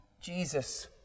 Jesus